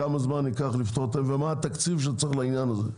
כמה זמן ייקח לפתור את הבעיות ומהו התקציב שצריך לעניין הזה.